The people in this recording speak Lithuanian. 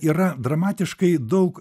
yra dramatiškai daug